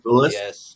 Yes